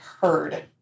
heard